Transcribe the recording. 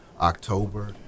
October